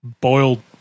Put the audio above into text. boiled